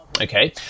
Okay